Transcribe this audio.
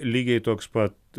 lygiai toks pat